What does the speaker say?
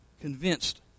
convinced